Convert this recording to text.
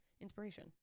inspiration